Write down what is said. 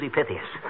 Pythias